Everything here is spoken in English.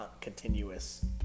continuous